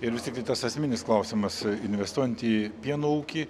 ir vis tiktai tas esminis klausimas investuojant į pieno ūkį